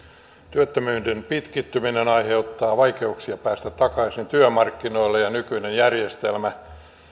työttömyyden pitkittyminen aiheuttaa vaikeuksia päästä takaisin työmarkkinoille ja nykyinen järjestelmä